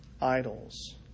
idols